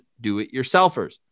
do-it-yourselfers